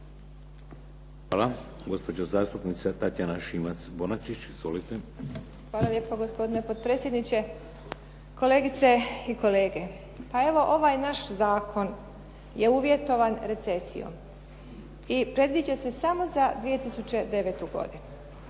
Hvala. Gospođa zastupnica Tatjana Šimac-Bonačić. Izvolite. **Šimac Bonačić, Tatjana (SDP)** Hvala lijepo gospodine potpredsjedniče, kolegice i kolege. Pa evo, ovaj naš zakon je uvjetovan recesijom i predviđa se samo za 2009. godinu.